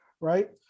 right